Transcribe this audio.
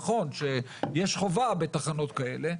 נכון שיש חובה בתחנות כאלה.